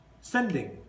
sending